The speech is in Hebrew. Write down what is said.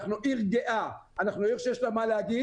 אנחנו עיר גאה, אנחנו עיר שיש לה מה להגיד.